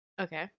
Okay